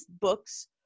books